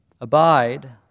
Abide